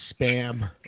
Spam